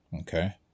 okay